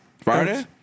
Friday